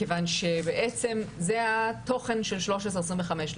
מכיוון שבעצם זה התוכן של 1325,